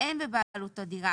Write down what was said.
אין בבעלותו דירה,